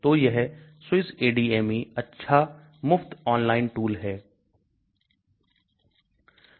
तो यह SWISSADME अच्छा मुफ्त ऑनलाइन टूल है